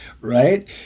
right